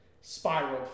spiraled